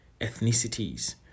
ethnicities